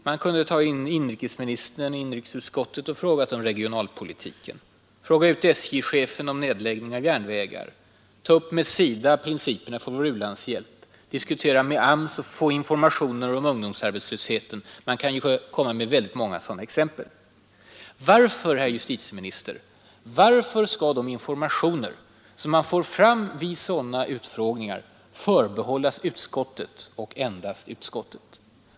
Man kunde i inrikesutskottet fråga inrikesministern om regionalpolitiken, i trafikutskottet fråga ut SJ-chefen om nedläggning av järnvägar, i utrikesutskottet ta upp med SIDA principerna för vår u-landshjälp, genom AMS få informationer om ungdomsarbetslösheten osv. Varför, herr justitieminister, skall de fakta som man får fram vid sådana utskottsutfrågningar förbehållas utskottet och endast utskottet?